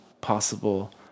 possible